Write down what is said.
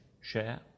share